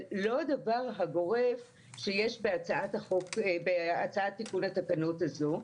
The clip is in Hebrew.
אבל לא דבר הגורף שיש בהצעת תיקון התקנות הזו.